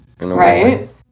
right